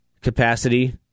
capacity